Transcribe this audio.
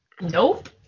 Nope